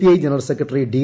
I general secretary D